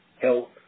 health